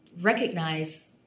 recognize